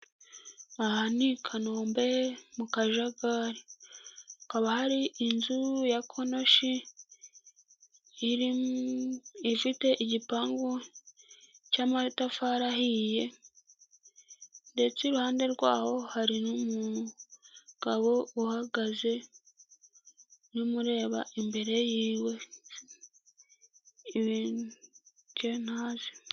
Aha ni i Kanombe mu kajagari hakaba hari inzu ya konashi iri ifite igipangu cy'amatafari ahiye, ndetse iruhande rwaho hari n'umugabo uhagaze n'umureba imbere yiwe.